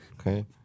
Okay